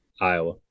Iowa